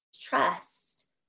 trust